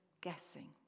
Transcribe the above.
guessing